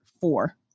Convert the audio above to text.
four